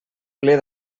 ple